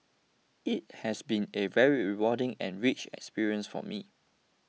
it has been a very rewarding and rich experience for me